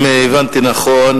אם הבנתי נכון,